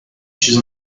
chez